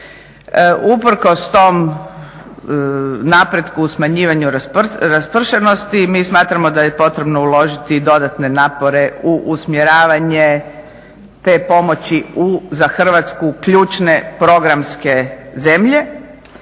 Usprkos tom napretku u smanjivanju raspršenosti mi smatramo da je potrebno uložiti i dodatne napore u usmjeravanje te pomoći u za Hrvatsku ključne programske zemlje,